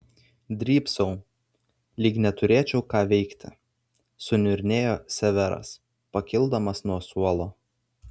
drybsau lyg neturėčiau ką veikti suniurnėjo severas pakildamas nuo suolo